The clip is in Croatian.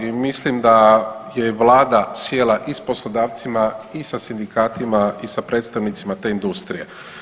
I mislim da je i Vlada sjela i s poslodavcima i sa sindikatima i sa predstavnicima te industrije.